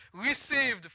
received